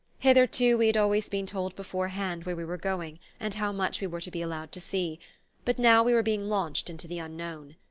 hitherto we had always been told beforehand where we were going and how much we were to be allowed to see but now we were being launched into the unknown.